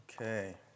okay